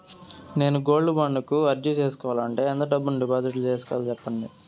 నేను gold bond కు అర్జీ సేసుకోవాలంటే ఎంత డబ్బును డిపాజిట్లు సేసుకోవాలి సెప్పండి